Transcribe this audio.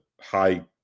high